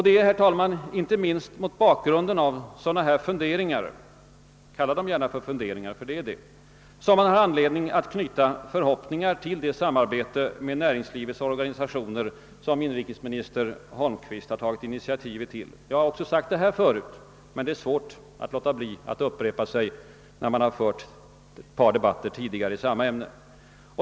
Det är inte minst, herr talman, mot bakgrunden av sådana funderingar — kalla dem gärna för funderingar, ty det är de — som man har anledning att knyta förhoppningar till det samarbete med näringslivets organisationer som inrikesminister Holmqvist tagit initiativet till. Jag har också sagt detta förut, men det är svårt att låta bli att upprepa sig, när man har fört ett par debatter tidigare i samma ämne.